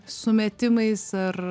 sumetimais ar